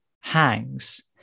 hangs